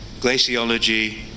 Glaciology